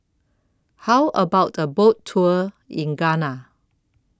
How about A Boat Tour in Ghana